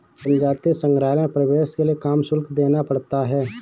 जनजातीय संग्रहालयों में प्रवेश के लिए काम शुल्क देना पड़ता है